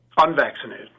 unvaccinated